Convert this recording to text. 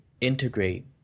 integrate